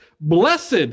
blessed